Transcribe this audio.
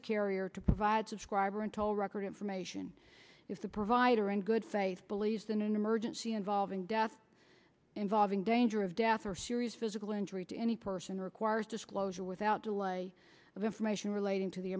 a carrier to provide subscriber and toll record information if the provider in good faith believes in an emergency involving death involving danger of death or serious physical injury to any person requires disclosure without delay of information